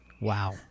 Wow